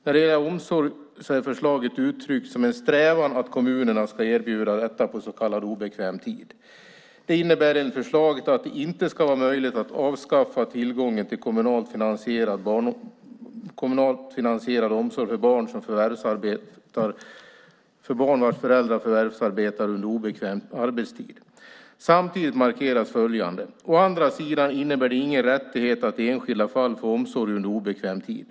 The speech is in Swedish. När det gäller omsorg är förslaget uttryckt som en strävan att kommunerna ska erbjuda detta på så kallad obekväm tid. Det innebär enligt förslaget att det inte ska vara möjligt att avskaffa tillgången till kommunalt finansierad omsorg för barn vars föräldrar förvärvsarbetar under obekväm arbetstid. Samtidigt markeras följande: Å andra sidan innebär det ingen rättighet att i enskilda fall få omsorg under obekväm tid.